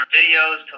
videos